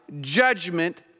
judgment